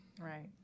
Right